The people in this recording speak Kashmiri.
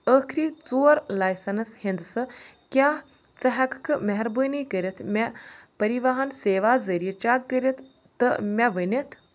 ٲخری ژور لائسنس ہندسہٕ کیٛاہ ژٕ ہٮ۪ککھٕ مہربٲنی کٔرِتھ مےٚ پریواہن سیوا ذٔریعہٕ چک کٔرِتھ تہٕ مےٚ ؤنِتھ